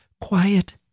quiet